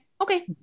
Okay